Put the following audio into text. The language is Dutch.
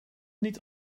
niet